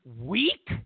weak